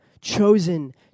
chosen